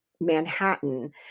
Manhattan